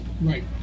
Right